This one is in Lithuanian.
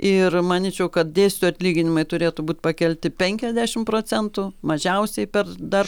ir manyčiau kad dėstytojų atlyginimai turėtų būt pakelti penkiasdešim procentų mažiausiai per dar